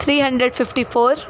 three hundred fifty four